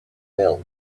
field